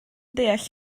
deall